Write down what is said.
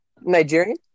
Nigerian